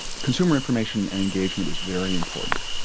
consumer information and engagement is very important,